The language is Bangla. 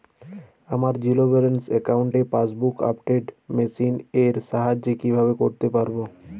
আমার জিরো ব্যালেন্স অ্যাকাউন্টে পাসবুক আপডেট মেশিন এর সাহায্যে কীভাবে করতে পারব?